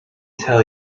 tell